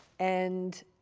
and,